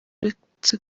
uretse